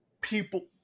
people